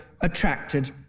attracted